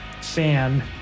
fan